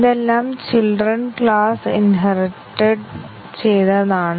ഇതെല്ലാം children class inherit ചെയ്തതാണ്